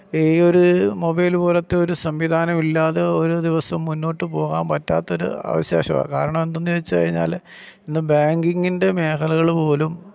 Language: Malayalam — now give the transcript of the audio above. ഈയൊരു മൊബൈല് പോലെത്തെ ഒരു സംവിധാനവില്ലാതെ ഒരു ദിവസം മുന്നോട്ട് പോകാന് പറ്റാത്തൊരു അവശേഷമാണു കാരണം എന്തെന്ന് ചോദിച്ച് കഴിഞ്ഞാല് ഇന്ന് ബാങ്കിങ്ങിന്റെ മേഖലകള് പോലും